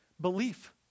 belief